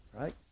right